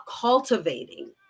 cultivating